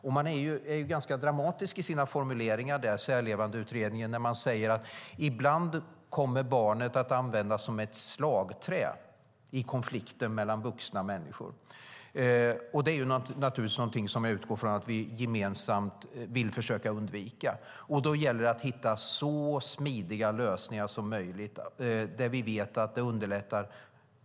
Särlevandeutredningen är ganska dramatisk i sina formuleringar, när man säger att barnet ibland kommer att användas som ett slagträ i konflikten mellan vuxna människor. Det är något som jag utgår från att vi gemensamt vill försöka undvika. Då gäller det att hitta så smidiga lösningar som möjligt som vi vet underlättar.